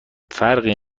فرقی